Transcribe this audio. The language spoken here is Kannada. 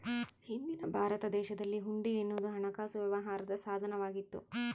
ಹಿಂದಿನ ಭಾರತ ದೇಶದಲ್ಲಿ ಹುಂಡಿ ಎನ್ನುವುದು ಹಣಕಾಸು ವ್ಯವಹಾರದ ಸಾಧನ ವಾಗಿತ್ತು